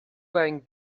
wearing